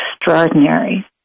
extraordinary